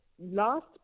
last